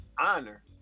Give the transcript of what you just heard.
honor